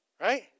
Right